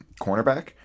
cornerback